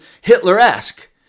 hitler-esque